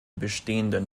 bestehenden